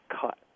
cut